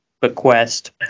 Bequest